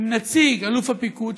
עם נציג אלוף הפיקוד,